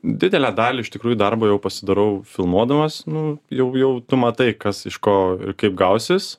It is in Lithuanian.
didelę dalį iš tikrųjų darbo jau pasidarau filmuodamas nu jau jau tu matai kas iš ko kaip gausis